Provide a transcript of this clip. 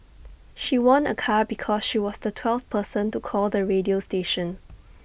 she won A car because she was the twelfth person to call the radio station